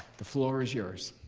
the floor is yours.